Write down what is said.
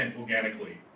organically